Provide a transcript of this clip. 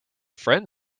friend